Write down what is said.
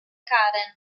karen